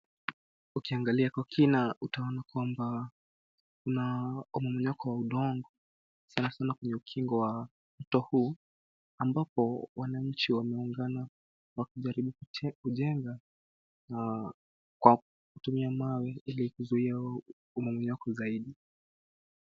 Ukiangalia kwa kina utaona kwamba kuna mmomonyoko wa udongo sana sana kwenye ukingo wa mto huu ambapo wananchi wameungana wakijaribu kujenga kwa kutumia mawe ili kuzuia mmomonyoko zaidi.